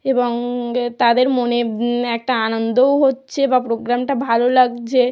এবং তাদের মনে একটা আনন্দও হচ্ছে বা প্রোগ্রামটা ভালো লাগছে